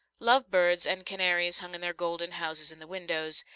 love-birds and canaries hung in their golden houses in the windows,